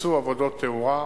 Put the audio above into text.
בוצעו עבודות תאורה,